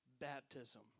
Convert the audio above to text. baptism